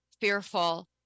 fearful